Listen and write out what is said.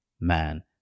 man